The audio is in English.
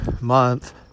month